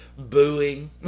booing